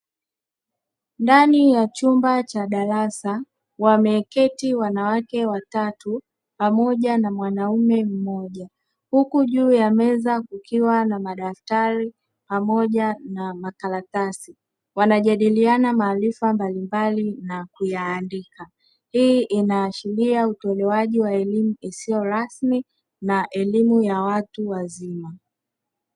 Ndani ya chumba cha darasa wameketi wanawake watatu pamoja na mwanaume mmoja, huku juu ya meza kukiwa na madaftari pamoja na makaratasi; wanajadiliana maarifa mbalimbali na kuyaandika. Hii inaonyesha utolewaji wa elimu isiyo rasmi na elimu ya watu wazima.